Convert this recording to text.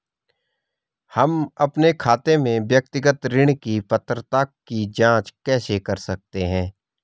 हम अपने खाते में व्यक्तिगत ऋण की पात्रता की जांच कैसे कर सकते हैं?